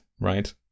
right